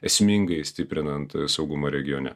esmingai stiprinant saugumą regione